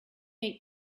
eat